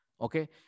Okay